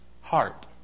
heart